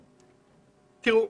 תראו,